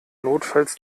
notfalls